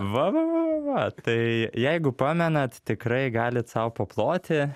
va va tai jeigu pamenat tikrai galit sau paploti